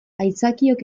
aitzakiok